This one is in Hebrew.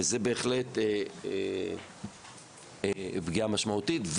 וזה בהחלט פגיעה משמעותית.